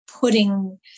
putting